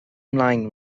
ymlaen